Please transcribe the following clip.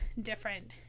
different